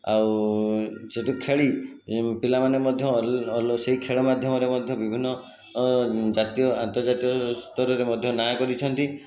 ଆଉ ସେଇଠି ଖେଳି ପିଲାମାନେ ମଧ୍ୟ ସେହି ଖେଳ ମାଧ୍ୟମରେ ମଧ୍ୟ ବିଭିନ୍ନ ଜାତୀୟ ଆନ୍ତର୍ଜାତୀୟ ସ୍ତରରେ ମଧ୍ୟ ନାଁ କରିଛନ୍ତି